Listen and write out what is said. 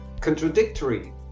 contradictory